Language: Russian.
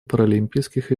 паралимпийских